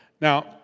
Now